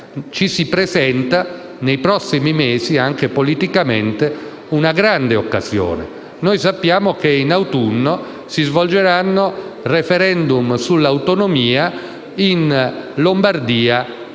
ci si presenta nei prossimi mesi, anche politicamente, una grande occasione. Noi sappiamo che in autunno si svolgeranno *referendum* sull'autonomia in Lombardia